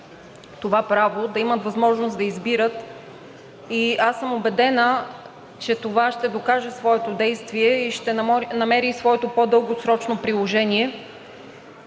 това право, да имат възможност да избират и аз съм убедена, че това ще докаже своето действие и ще намери своето по-дългосрочно приложение.